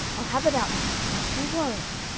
i'll have it out with him. and if he won't